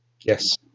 Yes